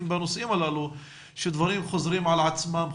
בנושאים הללו שדברים חוזרים על עצמם.